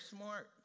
smart